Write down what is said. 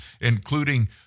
including